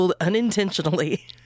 unintentionally